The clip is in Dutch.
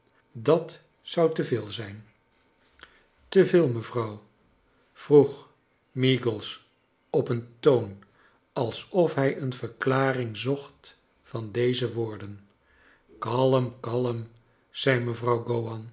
dat zou te veel zijn te veel mevrouw vroeg meagles op een toon alsof hij een verklaring zocht van deze woorderu kalm kalm zei mevrouw